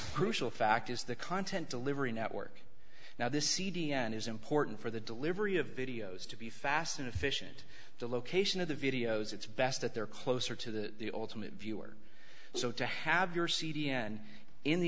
crucial fact is the content delivery network now the c d n is important for the delivery of videos to be fast and efficient the location of the videos it's best that they're closer to the ultimate viewer so to have your c d n in the